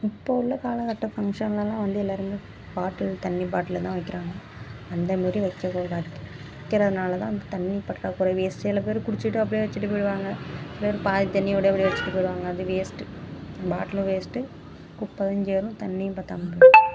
இப்போ உள்ள காலகட்ட ஃபங்க்ஷன்லெலாம் வந்து எல்லாருமே பாட்டில் தண்ணி பாட்டிலில் தான் வைக்கிறாங்க அந்தமாரி வைக்கிறதுனால தான் தண்ணி பற்றாக்குறை சில பேர் குடித்திட்டு அப்படியே வச்சுட்டு போய்டுவாங்க சில பேர் பாதி தண்ணியோட வச்சுட்டு போய்டுவாங்க அது வேஸ்ட்டு பாட்டிலும் வேஸ்ட்டு குப்பையும் சேரும் தண்ணியும் பத்தாமல் போய்டும்